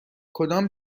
کدام